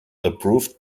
approved